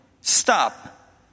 stop